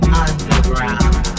underground